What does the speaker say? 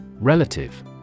Relative